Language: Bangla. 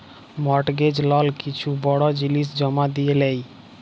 মর্টগেজ লল কিছু বড় জিলিস জমা দিঁয়ে লেই